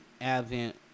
advent